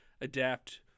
adapt